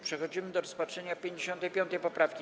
Przechodzimy do rozpatrzenia 55. poprawki.